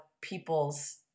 people's